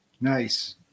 Nice